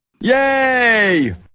Yay